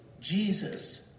Jesus